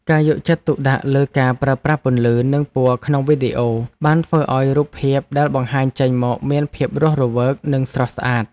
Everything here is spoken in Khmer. ការយកចិត្តទុកដាក់លើការប្រើប្រាស់ពន្លឺ និងពណ៌ក្នុងវីដេអូបានធ្វើឱ្យរូបភាពដែលបង្ហាញចេញមកមានភាពរស់រវើកនិងស្រស់ស្អាត។